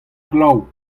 glav